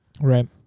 Right